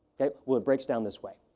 ok? well, it breaks down this way.